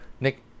Nick –